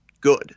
good